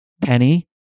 Penny